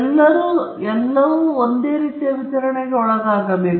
ಅವರು ಎಲ್ಲರೂ ಒಂದೇ ರೀತಿಯ ವಿತರಣೆಗೆ ಒಳಗಾಗಬೇಕು